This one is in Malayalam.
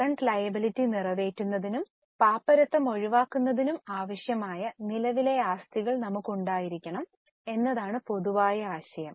കറന്റ് ലയബിലിറ്റി നിറവേറ്റുന്നതിനും പാപ്പരത്തം ഒഴിവാക്കുന്നതിനാവശ്യമായ നിലവിലെ ആസ്തികൾ നമുക്ക് ഉണ്ടായിരിക്കണം എന്നതാണ് പൊതുവായ ആശയം